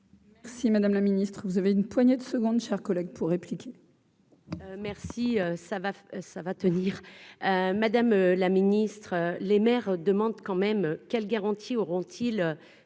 Si Madame la Ministre, vous avez une poignée de secondes, chers collègues, pour répliquer. Merci, ça va, ça va tenir, madame la ministre, les maires demandent quand même quelles garanties auront-t-il